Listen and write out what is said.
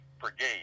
Brigade